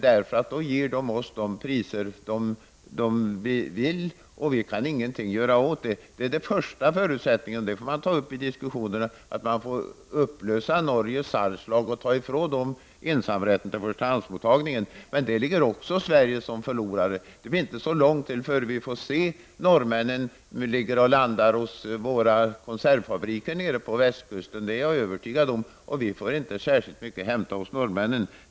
Norrmännen sätter de priser de vill ha, och Sverige kan inte gör något åt det. Den första förutsättningen som måste tas upp i diskussionerna med Norge är att upplösa salgslagen och ta ifrån Norge ensamrätten till förstahandsmottagningen. Men även då blir Sverige förlorare. Det kommer inte att dröja länge innan vi får se norrmännen landa fisk till våra konservfabriker på västkusten — det är jag övertygad om — och vi får inte särskilt mycket att hämta hos norrmännen.